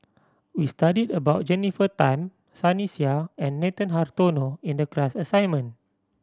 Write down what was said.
we studied about Jennifer Tham Sunny Sia and Nathan Hartono in the class assignment